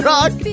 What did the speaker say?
Rock